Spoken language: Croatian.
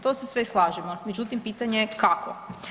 To se sve slažemo, međutim, pitanje je kako.